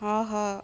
ஆஹா